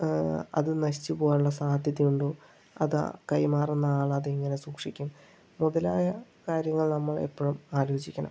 അത് നശിച്ചു പോകാനുള്ള സാധ്യതയുണ്ടോ അതാ കൈമാറുന്ന ആൾ അതെങ്ങനെ സൂക്ഷിക്കും മുതലായ കാര്യങ്ങൾ നമ്മൾ എപ്പോഴും ആലോചിക്കണം